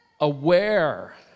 aware